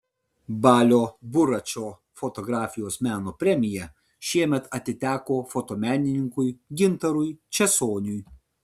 balio buračo fotografijos meno premija šiemet atiteko fotomenininkui gintarui česoniui